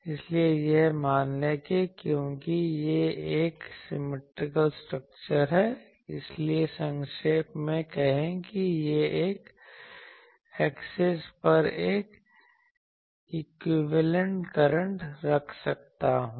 इसलिए यह मान लें कि क्योंकि यह एक सिमिट्रिकल स्ट्रक्चर है इसलिए संक्षेप में कहें कि मैं एकसिस पर एक इक्विवेलेंट करंट रख सकता हूं